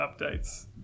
updates